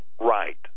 right